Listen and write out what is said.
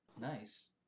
Nice